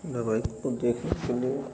धारावाहिक को देखने के लिए